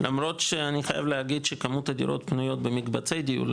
למרות שאני חייב להגיד שכמות הדירות הפנויות במקבצי דיור,